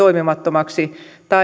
leasing